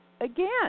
again